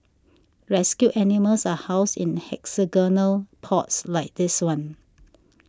rescued animals are housed in hexagonal pods like this one